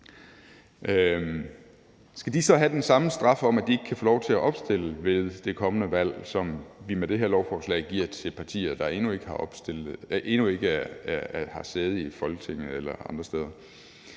Skal de så have den samme straf, at de ikke kan få lov til at opstille ved det kommende valg, som vi med det her lovforslag giver til partier, der endnu ikke har siddet i Folketinget eller andre steder?